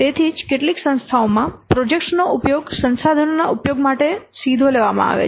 તેથી તેથી જ કેટલીક સંસ્થાઓમાં પ્રોજેક્ટ્સનો ઉપયોગ સંસાધનોના ઉપયોગ માટે સીધો લેવામાં આવે છે